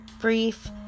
brief